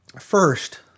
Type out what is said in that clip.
First